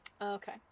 Okay